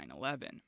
9-11